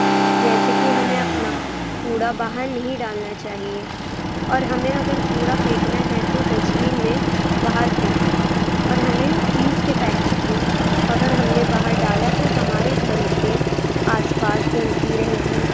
جیسے کہ ہمیں اپنا کوڑا باہر نہیں ڈالنا چاہیے اور ہمیں اگر کوڑا پھیکنا ہے تو ڈسٹبین میں باہر پھیکیں اور ہمیں چیز کے پیکیٹ کو اگر ہم نے باہر ڈالا تو ہمارے گھروں کے آس پاس گندگی رہے گی